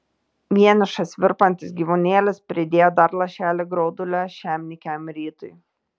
vienišas virpantis gyvūnėlis pridėjo dar lašelį graudulio šiam nykiam rytui